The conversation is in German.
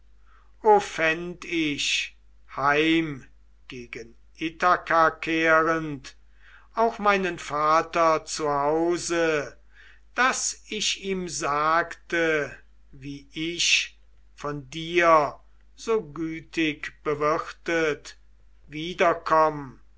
ich heim gegen ithaka kehrend auch meinen vater zu hause daß ich ihm sagte wie ich von dir so gütig bewirtet wiederkomm